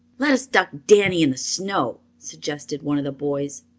let us duck danny in the snow, suggested one of the boys.